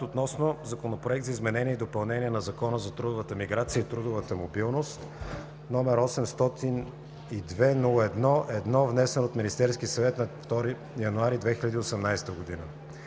гласуване Законопроект за изменение и допълнение на Закона за трудовата миграция и трудовата мобилност, № 802-01-1, внесен от Министерския съвет на 2 януари 2018 г.“